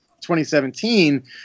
2017